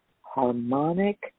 harmonic